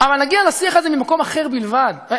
אבל נגיע לשיח הזה ממקום אחר בכלל,